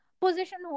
position